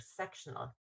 intersectional